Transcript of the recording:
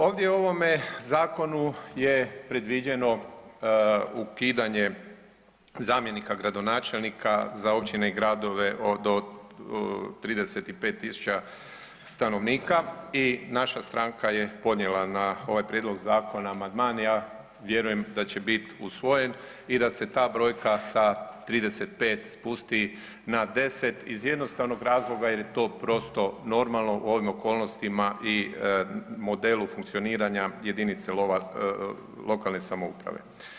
Ovdje u ovome zakonu je predviđeno ukidanje zamjenika gradonačelnika za općine i gradove od, do 35.000 stanovnika i naša stranka je podnijela na ovaj Prijedlog zakona amandman i ja vjerujem da će biti usvojen i da se ta brojka sa 35 spusti na 10 iz jednostavnog razloga jer je to prosto normalno u ovim okolnostima i modelu funkcioniranja jedinice lokalne samouprave.